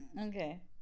Okay